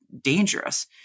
dangerous